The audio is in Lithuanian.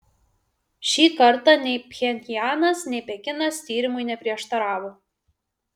šį kartą nei pchenjanas nei pekinas tyrimui neprieštaravo